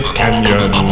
canyon